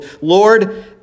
Lord